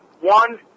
One